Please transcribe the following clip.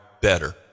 better